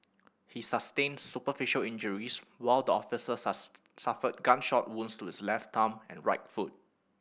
he sustained superficial injuries while the officer suffered gunshot wounds to his left thumb and right foot